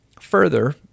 Further